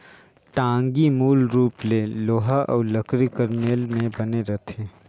टागी मूल रूप ले लोहा अउ लकरी कर मेल मे बने रहथे